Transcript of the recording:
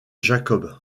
jacob